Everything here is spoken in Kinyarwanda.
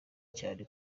cyane